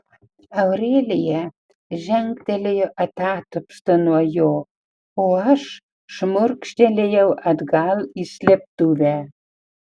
aurelija žengtelėjo atatupsta nuo jo o aš šmurkštelėjau atgal į slėptuvę